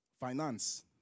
finance